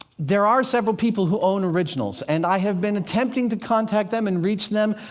there are several people who own originals, and i have been attempting to contact them and reach them,